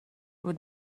would